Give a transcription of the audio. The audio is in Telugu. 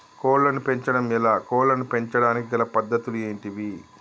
కోళ్లను పెంచడం ఎలా, కోళ్లను పెంచడానికి గల పద్ధతులు ఏంటివి?